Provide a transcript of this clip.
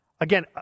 Again